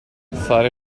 fare